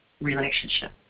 relationship